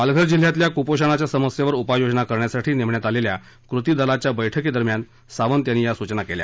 पालघर जिल्ह्यातल्या कुपोषणाच्या समस्येवर उपाययोजना करण्यासाठी नेमण्यात आलेल्या कृती दलाच्या बैठकीदरम्यान सावंत यांनी या सूचना केल्या